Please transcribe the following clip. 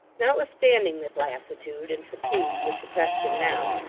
notwithstanding the lassitude and fatigue which oppressed him now,